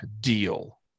deal